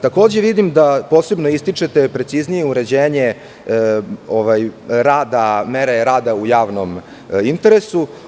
Takođe, vidim da posebno ističete preciznije uređenje mere rada u javnom interesu.